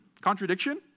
contradiction